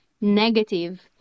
negative